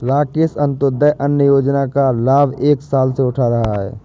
राकेश अंत्योदय अन्न योजना का लाभ एक साल से उठा रहा है